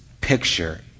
picture